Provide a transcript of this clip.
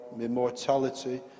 immortality